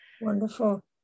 Wonderful